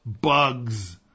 bugs